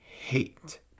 hate